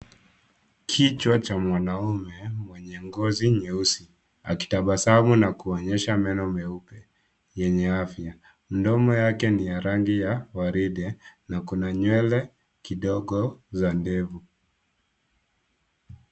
Kichwa cha mwanaume mwenye ngozi nyeusi akitabasamu na kuonyesha meno meupe yenye afya. Mdomo yake ni ya rangi ya waridi na kuna nywele kidogo za ndevu.